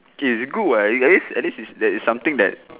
okay is good [what] at least at least there's something that